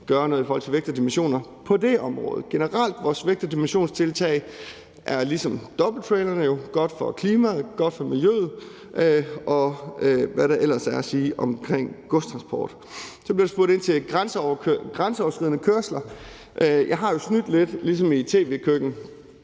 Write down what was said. gøre noget i forhold til vægt og dimensioner på det område. Generelt er vores vægt- og dimensionstiltag jo ligesom dobbelttrailerne godt for klimaet, godt for miljøet, og hvad der ellers er at sige om godstransport. Kl. 10:32 Så bliver der spurgt ind til grænseoverskridende kørsler. Jeg har jo snydt lidt ligesom i et tv-køkken.